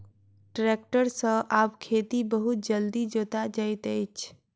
tractor सॅ आब खेत बहुत जल्दी जोता जाइत अछि